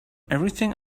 everything